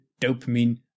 dopamine